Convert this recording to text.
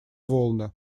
волны